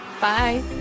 Bye